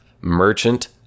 merchant